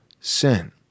sin